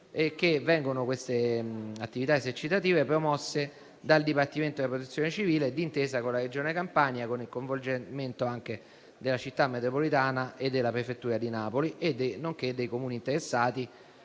territorio. Tali attività esercitative sono promosse dal Dipartimento della protezione civile d'intesa con la Regione Campania, con il coinvolgimento della Città metropolitana e della prefettura di Napoli nonché dei Comuni interessati,